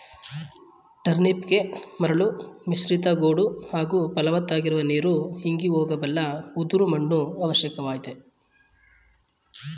ಟರ್ನಿಪ್ಗೆ ಮರಳು ಮಿಶ್ರಿತ ಗೋಡು ಹಾಗೂ ಫಲವತ್ತಾಗಿರುವ ನೀರು ಇಂಗಿ ಹೋಗಬಲ್ಲ ಉದುರು ಮಣ್ಣು ಅವಶ್ಯಕವಾಗಯ್ತೆ